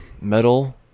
Metal